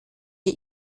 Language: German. wir